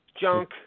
junk